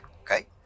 Okay